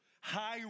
high